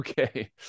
Okay